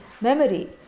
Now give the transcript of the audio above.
memory